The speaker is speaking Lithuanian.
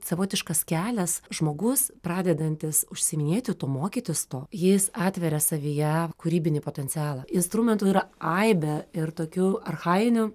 savotiškas kelias žmogus pradedantis užsiiminėti tuo mokytis to jis atveria savyje kūrybinį potencialą instrumentų yra aibė ir tokių archajinių